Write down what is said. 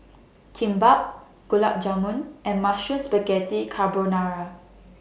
Kimbap Gulab Jamun and Mushroom Spaghetti Carbonara